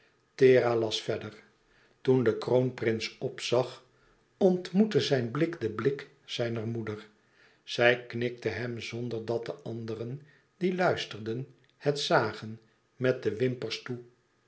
thera las verder toen de kroonprins opzag ontmoette zijn blik den blik zijner moeder zij knikte hem zonder dat de anderen die luisterden het zagen met de wimpers toe